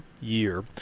year